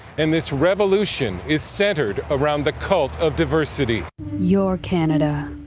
and this revolution is centered around the cult of diversity your canada.